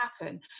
happen